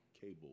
cable